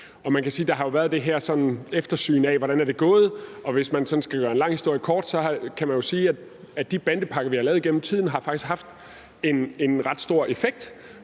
Der har jo været det her eftersyn af, hvordan det er gået, og hvis man skal gøre en lang historie kort, kan man jo sige, at de bandepakker, vi har lavet igennem tiden, faktisk har haft en ret stor effekt,